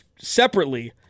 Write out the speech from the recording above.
separately